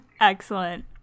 excellent